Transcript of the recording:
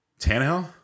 Tannehill